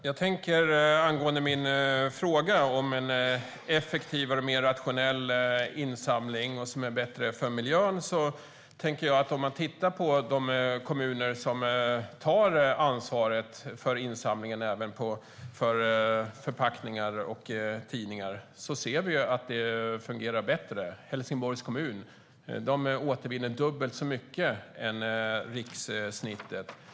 Herr talman! Angående min fråga om en effektivare och mer rationell insamling som är bättre för miljön: Om man tittar på de kommuner som tar ansvaret för insamlingen även för förpackningar och tidningar ser vi att det fungerar bättre. I Helsingborgs kommun återvinner de dubbelt så mycket som rikssnittet.